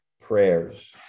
prayers